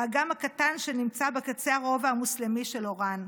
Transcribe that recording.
האגם הקטן, שנמצא בקצה הרובע המוסלמי של אוראן,